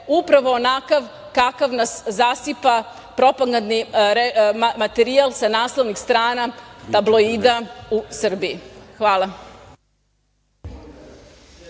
upravo onakav kakav nas zasipa propagandni materijal sa naslovnih strana tabloida u Srbiji. Hvala.